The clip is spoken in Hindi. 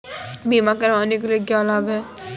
बीमा करवाने के क्या क्या लाभ हैं?